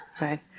right